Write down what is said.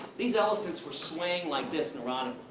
these elephants were swaying like this, neurotically.